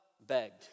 begged